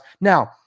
now